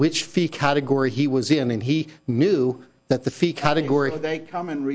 fee category he was in and he knew that the fee category they come and